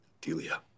Delia